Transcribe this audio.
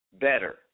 better